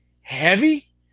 heavy